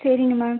சரிங்க மேம்